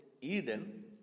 Eden